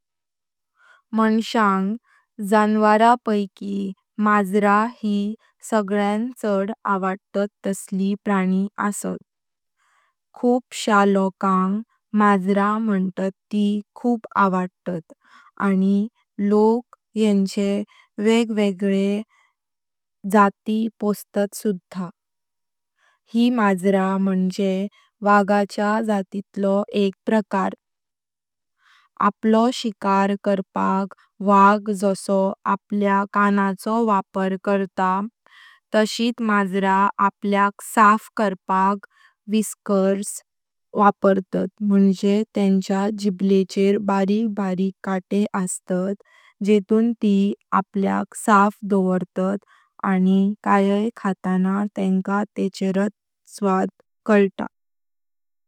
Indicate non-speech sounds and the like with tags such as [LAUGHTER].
मान्स्या जन्वरा पाईकी मांजरा यी सगळ्यान चड आवडतात तसली प्राणी अस्तात। खूपश्या लोकांग मांजरा म्हणतात ती खूप आवडतात आणि लोक येंच्या वेगवेग [HESITATION] जाती पोष्टत सुधा। यी मांजरा म्हणजे वाघाच्या जातीतलो एक प्रकार। आपलो शिकार करपाक वाग जस्सो आपल्या कानांचो वापर करता तशित मांजरा आपल्याक सॉफ करपाक व्हिस्कर्स वापरतात म्हणजे तेंच्यां जीवळेचर बारीक बारीक काटे अस्तात जेतून ती आपल्याक सॉफ दोवरतात आणि खाय खाताना तेंकां तेंचेरात स्वाद येता।